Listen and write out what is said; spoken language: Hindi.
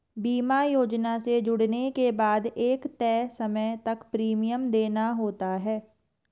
बीमा योजना से जुड़ने के बाद एक तय समय तक प्रीमियम देना होता है